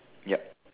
yep